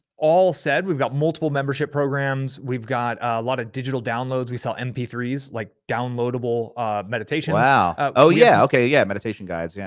all said, we've got multiple membership programs, we've got a lot of digital downloads. we sell m p three s, like downloadable mediations. wow, oh yeah, okay, yeah meditation guides. yeah